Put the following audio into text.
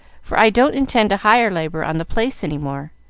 for i don't intend to hire labor on the place any more.